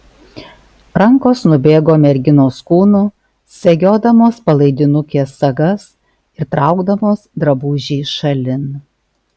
rankos nubėgo merginos kūnu segiodamos palaidinukės sagas ir traukdamos drabužį šalin